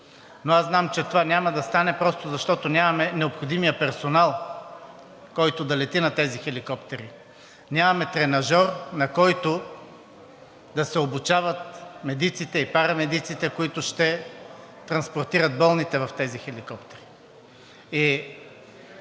но аз знам, че това няма да стане просто защото нямаме необходимия персонал, който да лети на тези хеликоптери, нямаме тренажор, на който да се обучават медиците и парамедиците, които ще транспортират болните в тези хеликоптери.